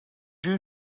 you